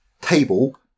table